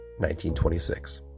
1926